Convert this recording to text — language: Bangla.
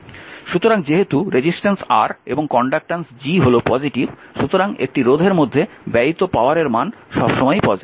সুতরাং যেহেতু রেজিস্ট্যান্স R এবং কন্ডাক্ট্যান্স G হল পজিটিভ সুতরাং একটি রোধের মধ্যে ব্যয়িত পাওয়ারের মান সবসময়ই পজিটিভ